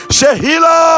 Sheila